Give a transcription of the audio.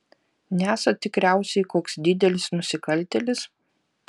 nesat tikriausiai koks didelis nusikaltėlis